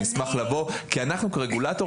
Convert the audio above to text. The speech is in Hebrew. אני אשמח לבוא כי אנחנו כרגולטור